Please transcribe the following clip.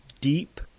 deep